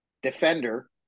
defender